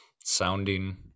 sounding